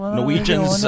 Norwegians